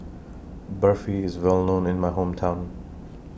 Barfi IS Well known in My Hometown